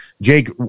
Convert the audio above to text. jake